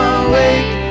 awake